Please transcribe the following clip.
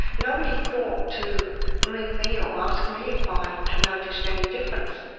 nobody thought to ring me or ask me if i had noticed any difference.